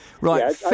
Right